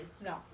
No